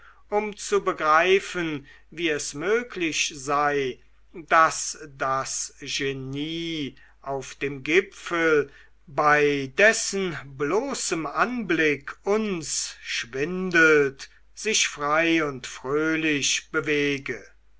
um zu begreifen wie es möglich sei daß das genie auf dem gipfel bei dessen bloßem anblick uns schwindelt sich frei und fröhlich bewege